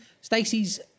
Stacey's